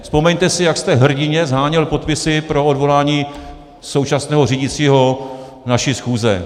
Vzpomeňte si, jak jste hrdinně sháněl podpisy pro odvolání současného řídícího naší schůze.